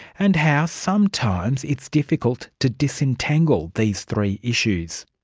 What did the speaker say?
and how sometimes it's difficult to disentangle these three issues.